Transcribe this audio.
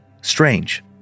Strange